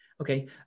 Okay